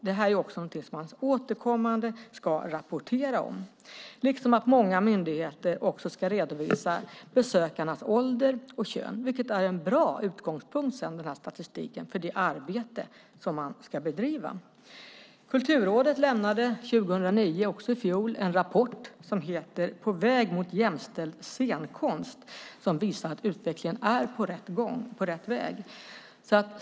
Det här är också något som man återkommande ska rapportera om, liksom att många myndigheter också ska redovisa besökarnas ålder och kön. Den statistiken är sedan en bra utgångspunkt för det arbete man ska bedriva. Kulturrådet lämnade 2009, alltså också i fjol, en rapport som heter På väg mot jämställd scenkonst som visar att utvecklingen är på väg åt rätt håll.